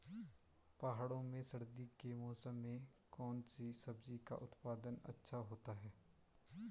पहाड़ों में सर्दी के मौसम में कौन सी सब्जी का उत्पादन अच्छा होता है?